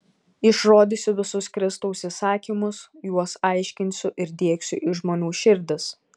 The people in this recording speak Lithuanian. išrodysiu visus kristaus įsakymus juos aiškinsiu ir diegsiu į žmonių širdis